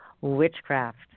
Witchcraft